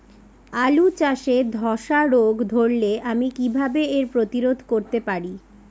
আলু চাষে ধসা রোগ ধরলে আমি কীভাবে এর প্রতিরোধ করতে পারি?